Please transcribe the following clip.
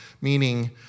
meaning